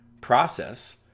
process